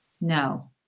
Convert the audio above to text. No